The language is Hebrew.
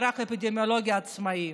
מערך אפידמיולוגי עצמאי,